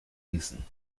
gießen